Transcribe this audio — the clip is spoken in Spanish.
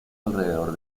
alrededor